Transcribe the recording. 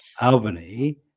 Albany